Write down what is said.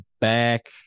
back